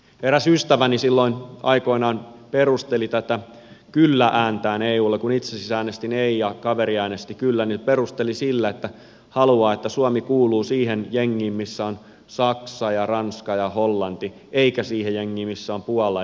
eräs ystäväni silloin aikoinaan perusteli kyllä ääntään eulle kun itse siis äänestin ei ja kaveri äänesti kyllä sillä että haluaa että suomi kuuluu siihen jengiin missä on saksa ranska ja hollanti eikä siihen jengiin missä on puola ja romania